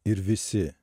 ir visi